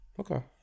Okay